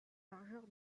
largeur